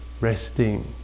resting